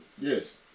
Yes